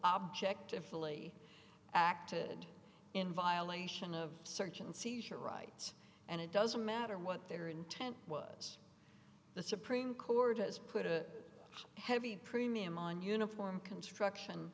objectively acted in violation of search and seizure rights and it doesn't matter what their intent was the supreme court has put a heavy premium on uniform construction